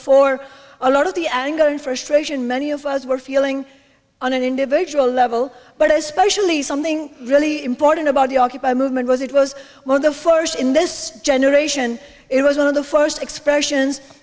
fore a lot of the anger and frustration many of us were feeling on an individual level but especially something really important about the occupy movement was it was one of the first in this generation it was one of the first expressions